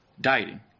dieting